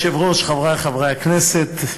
אדוני היושב-ראש, חברי חברי הכנסת,